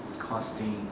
course thing